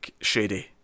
shady